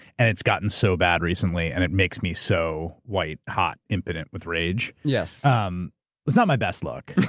and it's gotten so bad recently. and it makes me so white-hot impotent with rage. yes. um it's not my best look.